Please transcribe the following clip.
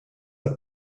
are